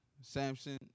Samson